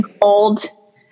old